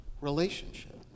relationship